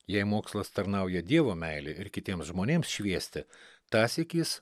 jei mokslas tarnauja dievo meilei ir kitiems žmonėms šviesti tąsyk jis